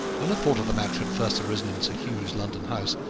when a thought of the match had first arisen in sir hugh's london house,